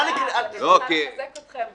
היא רצתה לחזק אתכם.